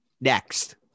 Next